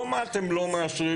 לא מה אתם לא מאשרים.